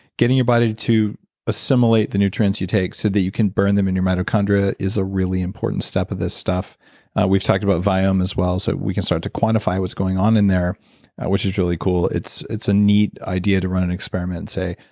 getting your body to to assimilate the nutrients you take, so that you can burn them in your mitochondria is a really important step of this stuff we've talked about viome as well, so we can start to quantify what's going on in there which is really cool. it's it's a neat idea to run an experiment and say,